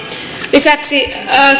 lisäksi